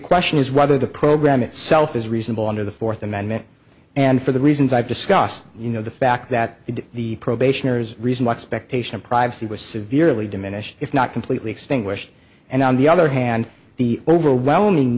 question is whether the program itself is reasonable under the fourth amendment and for the reasons i've discussed you know the fact that the probationers reason why expectational privacy was severely diminished if not completely extinguished and on the other hand the overwhelming